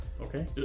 Okay